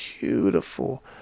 beautiful